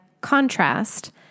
contrast